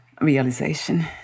realization